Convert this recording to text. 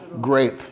grape